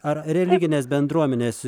ar religinės bendruomenės